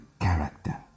character